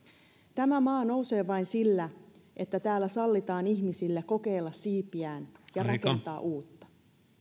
tämä maa nousee vain sillä että täällä sallitaan ihmisten kokeilla siipiään ja rakentaa uutta